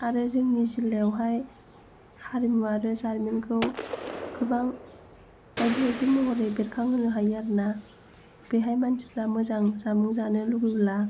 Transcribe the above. आरो जोंनि जिलायावहाय हारिमुवारि जारिमिनखौ गोबां बायदि बायदि महरै बेरखांहोनो हायो आरो ना बेहाय मानसिफोरा मोजां जामुं जानो लुगैब्ला